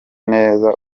neza